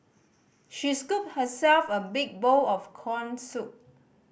she scooped herself a big bowl of corn soup